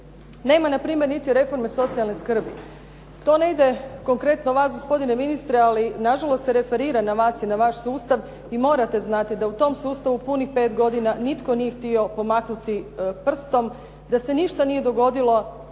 Nema npr. niti reforme socijalne skrbi. To ne ide konkretno vas gospodine ministre, ali nažalost se referira na vas i vaš sustav i morate znati da u tom sustavu punih pet godina nitko nije htio pomaknuti prstom, da se ništa nije dogodilo